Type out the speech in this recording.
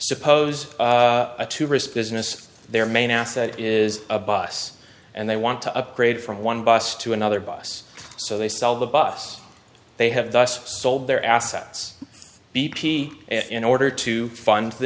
suppose a to risk business their main asset is a boss and they want to upgrade from one bus to another bus so they sell the bus they have thus sold their assets b p in order to fund the